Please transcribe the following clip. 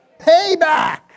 payback